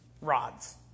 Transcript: rods